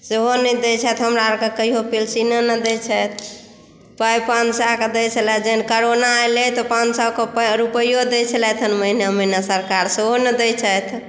सेहो नहि दै छथि हमरा आरकेँ कहियो पेंशीलो नहि दै छथि पाई पाँच सए कऽ दैत छलए जे जहन कोरोना एलै तऽ पाँच सए रुपओ दैत छलथि महिना महिना सरकार सेहो नहि दै छथि